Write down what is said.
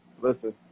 listen